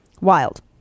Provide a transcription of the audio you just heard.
wild